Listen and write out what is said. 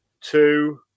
two